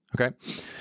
Okay